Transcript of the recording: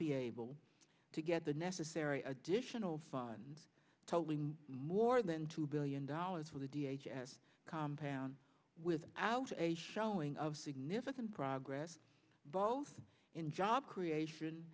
be able to get the necessary additional fun totaling more than two billion dollars for the d h as a compound without a showing of significant progress both in job creation